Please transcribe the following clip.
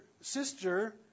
sister